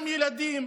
גם ילדים,